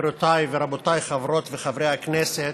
גבירותיי ורבותיי, חברות וחברי הכנסת,